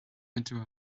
into